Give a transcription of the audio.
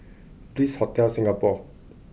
Bliss Hotel Singapore